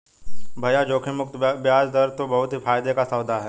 भैया जोखिम मुक्त बयाज दर तो बहुत ही फायदे का सौदा है